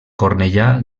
cornellà